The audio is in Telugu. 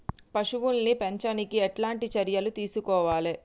పశువుల్ని పెంచనీకి ఎట్లాంటి చర్యలు తీసుకోవాలే?